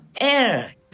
air